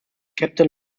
captain